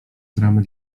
gramy